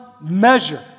measure